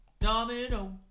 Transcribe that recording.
Domino